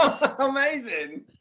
amazing